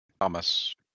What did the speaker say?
Thomas